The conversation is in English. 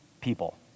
people